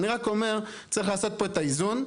אני רק אומר צריך לעשות פה את האיזון.